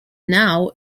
now